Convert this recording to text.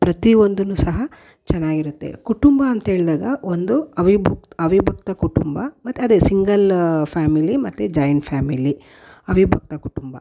ಪ್ರತಿಯೊಂದೂ ಸಹ ಚೆನ್ನಾಗಿರುತ್ತೆ ಕುಟುಂಬ ಅಂತ ಹೇಳಿದಾಗ ಒಂದು ಅವಿಭಕ್ತ ಅವಿಭಕ್ತ ಕುಟುಂಬ ಮತ್ತು ಅದೇ ಸಿಂಗಲ್ ಫ್ಯಾಮಿಲಿ ಮತ್ತೆ ಜಾಯಿಂಟ್ ಫ್ಯಾಮಿಲಿ ಅವಿಭಕ್ತ ಕುಟುಂಬ